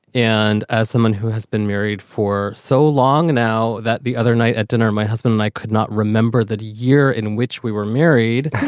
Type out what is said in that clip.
and as someone who has been married for so long now that the other night at dinner, my husband and i could not remember that year in which we were married.